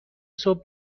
صبح